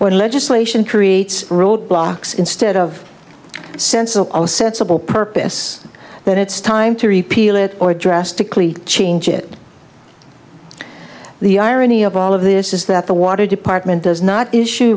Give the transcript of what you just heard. when legislation creates roadblocks instead of sense of a sensible purpose then it's time to repeal it or drastically change it the irony of all of this is that the water department does not issue